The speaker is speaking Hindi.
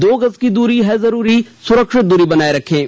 दो गज की दूरी है जरूरी सुरक्षित दूरी बनाए रखें